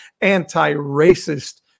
anti-racist